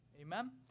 Amen